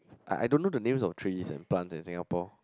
I I don't know the names of trees and plants in Singapore